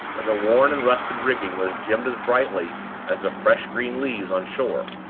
and the worn and rusted rigging was gemmed as brightly as the fresh green leaves on shore.